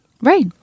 right